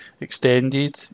extended